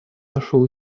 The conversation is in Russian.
нашел